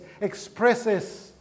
expresses